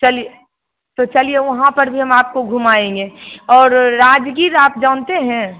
चलिए तो चलिए वहाँ पर भी हम आपको घुमाएँगे और राजगीर आप जानते हैं